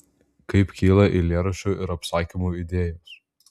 kaip kyla eilėraščių ir apsakymų idėjos